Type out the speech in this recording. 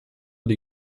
dei